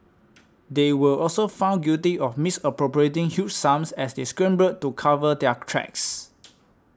they were also found guilty of misappropriating huge sums as they scrambled to cover their tracks